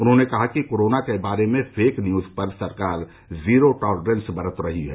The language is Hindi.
उन्होंने कहा कि कोरोना के बारे में फेक न्यूज पर सरकार जीरो टॉलरेन्स बरत रही है